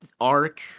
arc